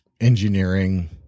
engineering